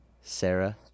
Sarah